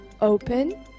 open